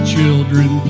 Children